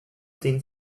things